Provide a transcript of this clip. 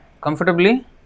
comfortably